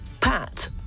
Pat